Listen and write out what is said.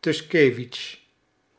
tuschkewitsch